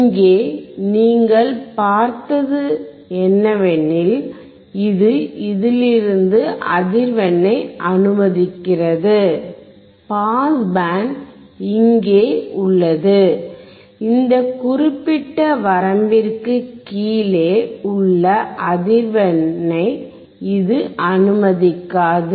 இங்கே நீங்கள் பார்ப்பது என்னவெனில் இது இதிலிருந்து அதிர்வெண்ணை அனுமதிக்கிறது பாஸ் பேண்ட் இங்கே உள்ளது இந்த குறிப்பிட்ட வரம்பிற்குக் கீழே உள்ள அதிர்வெண்ணை இது அனுமதிக்காது